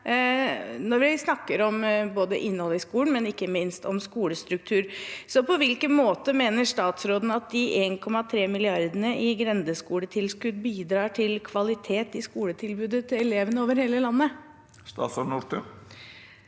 når vi snakker både om innholdet i skolen og ikke minst om skolestruktur. På hvilken måte mener statsråden at de 1,3 milliardene i grendeskoletilskudd bidrar til kvalitet i skoletilbudet til elevene over hele landet? Statsråd Kari